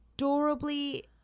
adorably